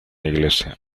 iglesia